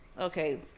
Okay